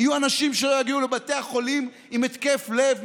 יהיו אנשים שלא יגיעו לבתי החולים עם התקף לב,